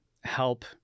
help